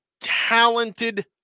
talented